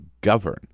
govern